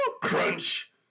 crunch